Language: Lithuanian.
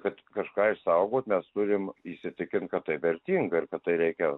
kad kažką išsaugot mes turime įsitikinti kad tai vertinga ir kad tai reikia